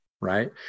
right